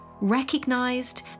recognised